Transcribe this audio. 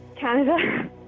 Canada